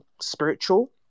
spiritual